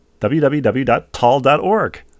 www.tall.org